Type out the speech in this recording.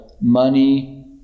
money